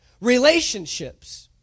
Relationships